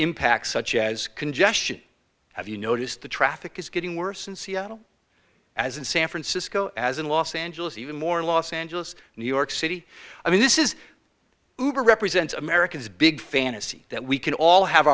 impacts such as congestion have you noticed the traffic is getting worse in seattle as in san francisco as in los angeles even more in los angeles new york city i mean this is represents america's big fantasy that we can all have